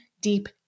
deep